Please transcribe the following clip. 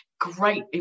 great